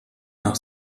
nach